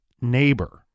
neighbor